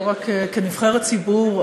לא רק כנבחרת ציבור,